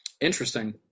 Interesting